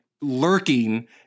lurking